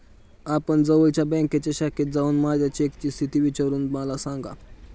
आपण जवळच्या बँकेच्या शाखेत जाऊन माझ्या चेकची स्थिती विचारून मला सांगा